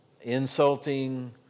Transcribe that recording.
insulting